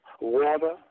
water